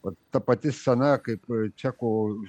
vat ta pati scena kaip čekų